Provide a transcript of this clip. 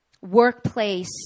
workplace